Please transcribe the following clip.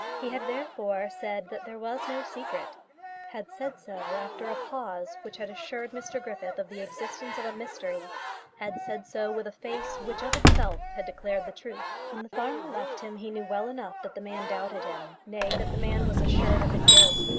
he had therefore said that there was no secret had said so after a pause which had assured mr griffith of the existence of a mystery had said so with a face which of itself had declared the truth. when the farmer left him he knew well enough that the man doubted him nay, that the man was assured of his guilt.